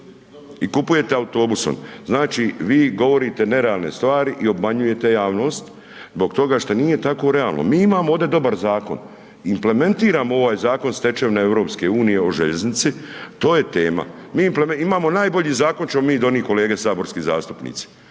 i kupujete autobusom. Znači vi govorite nerealne stvari i obmanjujete javnost, zbog toga što nije tako realno. Mi imamo ovdje dobar zakon, implementiramo ovaj zakon stečevina EU o željeznici, to je tema. Mi imamo najbolji zakon ćemo mi donit kolege saborski zastupnici,